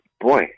boy